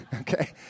Okay